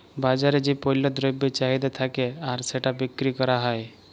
বাজারে যেই পল্য দ্রব্যের চাহিদা থাক্যে আর সেটা বিক্রি ক্যরা হ্যয়